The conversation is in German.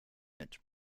mit